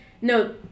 No